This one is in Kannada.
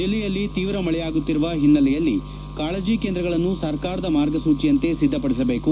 ಜಿಲ್ಲೆಯಲ್ಲಿ ತೀವ್ರ ಮಳೆಯಾಗುತ್ತಿರುವ ಹಿನ್ನೆಲೆಯಲ್ಲಿ ಕಾಳಜಿ ಕೇಂದ್ರಗಳನ್ನು ಸರಕಾರದ ಮಾರ್ಗಸೂಚಿಯಂತೆ ಸಿದ್ದಪಡಿಸಬೇಕು